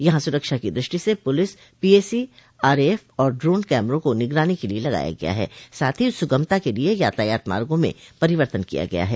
यहां सुरक्षा की दृष्टि से पुलिस पीएसी आरएएफ और ड्रोन कैमरों को निगरानी के लिये लगाया गया है साथ ही सुगमता के लिये यातायात मार्गो में परिवर्तन किया गया है